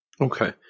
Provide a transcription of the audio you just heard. Okay